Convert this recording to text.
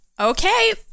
Okay